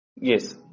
Yes